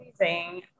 Amazing